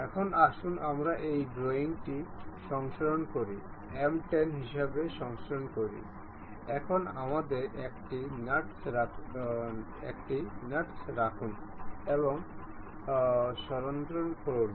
এখন আসুন আমরা এই ড্রয়িংটি সংরক্ষণ করি M 10 হিসাবে সংরক্ষণ করি এখন আমাদের একটি নাটস রাখুন এবং সংরক্ষণ করুন